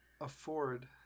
afford